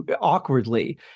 awkwardly